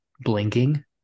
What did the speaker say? blinking